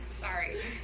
Sorry